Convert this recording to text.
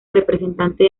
representante